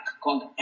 called